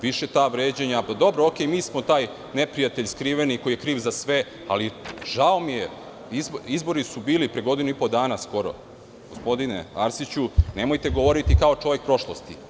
Više ta vređanja, dobro, u redu, mi smo taj neprijatelj skriveni koji je kriv za sve, ali žao mi je, izbori su bili pre godinu i po dana skoro, gospodine Arsiću, nemojte govoriti kao čovek prošlosti.